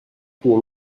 pour